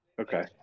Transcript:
Okay